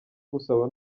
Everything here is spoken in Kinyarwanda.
gusaba